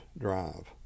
Drive